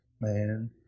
man